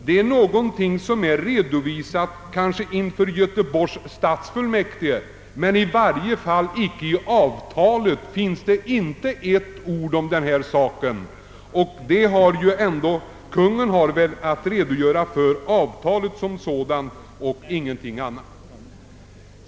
Det är någonting som kanske är redovisat inför Göteborgs stadsfullmäktige, men i varje fall finns icke i avtalet ett ord om den saken. Kungl. Maj:t har väl att redogöra för avtalet som sådant och ingenting annat.